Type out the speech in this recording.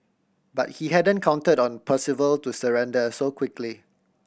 but he hadn't counted on Percival to surrender so quickly